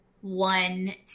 one